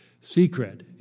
secret